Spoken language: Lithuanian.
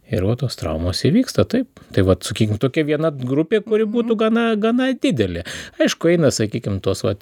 ir va tos traumos įvyksta taip tai vat sakykim tokia viena grupė kuri būtų gana gana didelė aišku eina sakykim tos vat